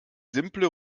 simple